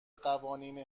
قوانین